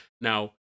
Now